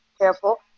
careful